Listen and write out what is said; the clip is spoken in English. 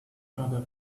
other